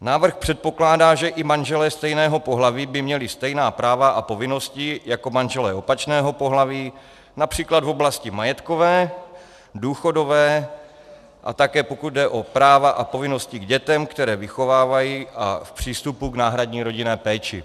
Návrh předpokládá, že i manželé stejného pohlaví by měli stejná práva a povinnosti jako manželé opačného pohlaví, například v oblasti majetkové, důchodové a také, pokud jde o práva a povinnosti k dětem, které vychovávají, a v přístupu k náhradní rodinné péči.